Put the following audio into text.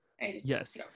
Yes